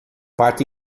parte